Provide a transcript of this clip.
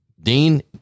Dean